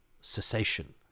cessation